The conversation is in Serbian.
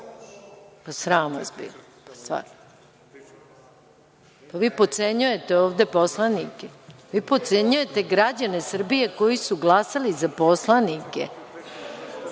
vas bilo, stvarno! Vi potcenjujete ovde poslanike. Vi potcenjujete građane Srbije koji su glasali za poslanike.